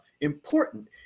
important